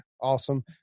awesome